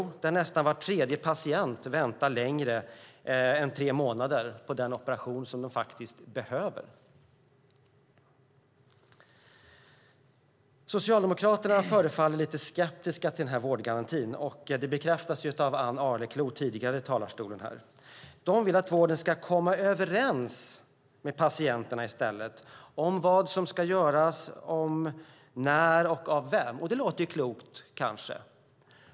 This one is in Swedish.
Där väntar nästan var tredje patient längre än tre månader på den operation som de faktiskt behöver. Socialdemokraterna förefaller lite skeptiska till den här vårdgarantin, och det bekräftades av Ann Arleklo tidigare i talarstolen. De vill i stället att vården ska komma överens med patienterna om vad som ska göras, när det ska göras och av vem. Det låter kanske klokt.